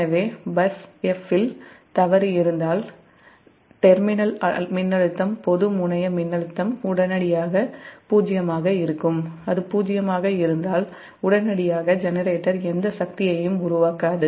எனவே bus 'F' இல் தவறு இருந்தால் டெர்மினல் மின்னழுத்தம் பொது முனைய மின்னழுத்தம் உடனடியாக '0' ஆக இருக்கும் அது '0' ஆக இருந்தால் உடனடியாக ஜெனரேட்டர் எந்த சக்தியையும் உருவாக்காது